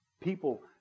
People